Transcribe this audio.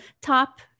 top